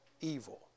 evil